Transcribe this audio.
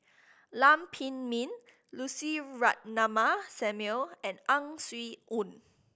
Lam Pin Min Lucy Ratnammah Samuel and Ang Swee Aun